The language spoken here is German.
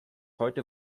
heute